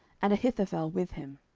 and ahithophel with him.